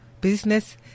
business